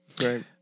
right